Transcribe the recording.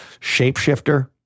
shapeshifter